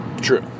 True